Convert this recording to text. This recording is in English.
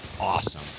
awesome